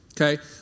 Okay